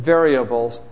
Variables